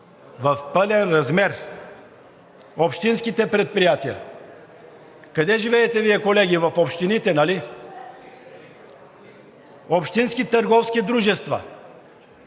в пълен размер! – общинските предприятия. Къде живеете Вие, колеги – в общините, нали? Общински търговски дружества,